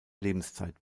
lebenszeit